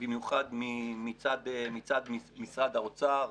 במיוחד מצד משרד האוצר,